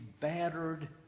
battered